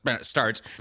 starts